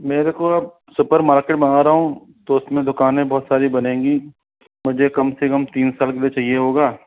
मेरे को अब सुपर मार्केट बना रहा हूँ तो इसमें दुकानें बहुत सारी बनेंगी तो मुझे कम से कम तीन साल के लिए चाहिए होगा